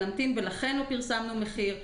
ולא פרסמנו מחיר.